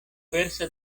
fuerza